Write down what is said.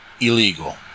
illegal